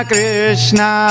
Krishna